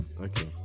Okay